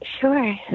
Sure